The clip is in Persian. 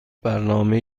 برنامه